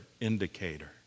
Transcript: indicator